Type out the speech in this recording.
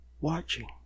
watching